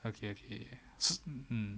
okay okay mm